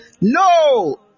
No